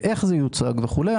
איך זה יוצג וכולי,